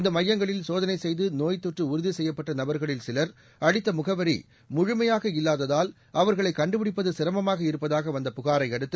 இந்த மையங்களில் சோதனை செய்து நோய்த்தொற்று உறுதி செய்யப்பட்ட நபர்களில் சில் அளித்த முகவரி முழுமையாக இல்வாததால் அவர்களை கண்டுபிடிப்பது சிரமமாக இருப்பதாக வந்த புகாரை அடுத்து